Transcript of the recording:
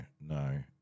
no